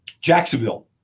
Jacksonville